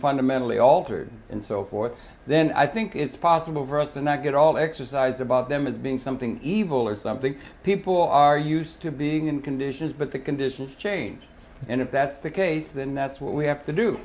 fundamentally altered and so forth then i think it's possible for us to not get all exercised about them as being something evil or something people are used to being in conditions but the conditions change and if that's the case then that's what we have to do